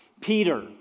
Peter